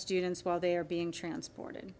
students while they are being transported